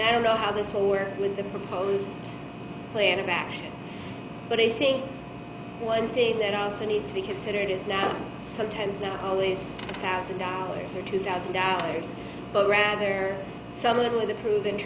i don't know how this will work with the proposed plan of action but i think one thing that also needs to be considered is now sometimes not always thousand dollars or two thousand dollars but rather suddenly with a proven